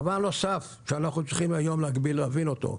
דבר נוסף שאנחנו צריכים היום להבין אותו,